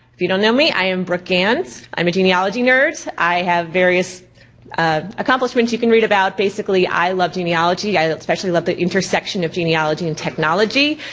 if you don't know me, i am brooke ganz. i'm a genealogy nerd, i have various accomplishments you can read about. basically i love genealogy. i especially love the intersection of genealogy and technology.